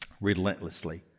relentlessly